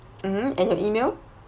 mmhmm and your email